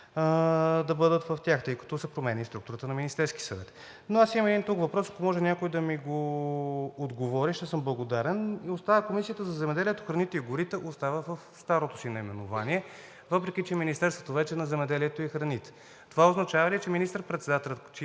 да бъдат в тях, тъй като се променя и структурата на Министерския съвет. Аз имам друг въпрос и ако някой може да ми отговори, ще съм благодарен: Комисията по земеделието, храните и горите остава в старото си наименование, въпреки че вече е Министерство на земеделието и храните, това означава ли, че министър-председателят,